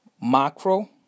Macro